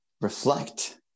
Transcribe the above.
reflect